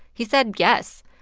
he said yes.